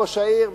ראש העיר,